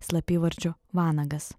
slapyvardžiu vanagas